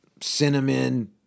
cinnamon